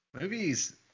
Movies